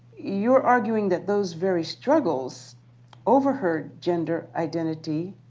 you're arguing that those very struggles over her gender identity